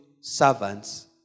servants